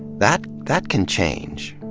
that that can change.